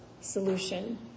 solution